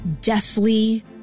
deathly